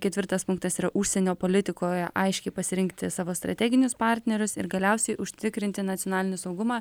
ketvirtas punktas yra užsienio politikoje aiškiai pasirinkti savo strateginius partnerius ir galiausiai užtikrinti nacionalinį saugumą